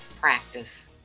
practice